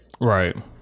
right